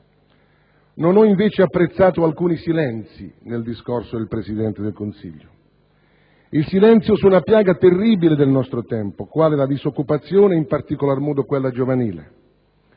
Non ho invece apprezzato alcuni silenzi nel discorso del Presidente del Consiglio, il silenzio su una piaga terribile del nostro tempo quale la disoccupazione, in particolar modo quella giovanile.